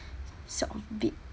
sort of bid